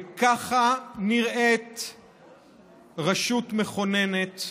וככה נראית רשות מכוננת,